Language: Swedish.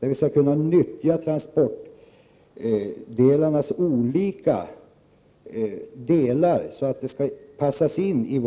Det innebär att vi skall nyttja de olika transportdelarna så att de kan passas in i